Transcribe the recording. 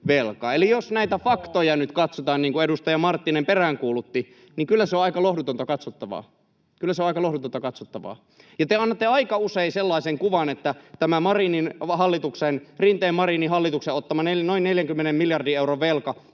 Eli jos näitä faktoja nyt katsotaan, niin kuin edustaja Marttinen peräänkuulutti, niin kyllä se on aika lohdutonta katsottavaa. Kyllä se on aika lohdutonta katsottavaa. Ja te annatte aika usein sellaisen kuvan, että tämän Rinteen—Marinin hallituksen ottamasta noin 40 miljardin euron velasta,